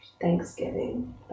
thanksgiving